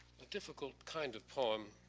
a difficult kind of poem.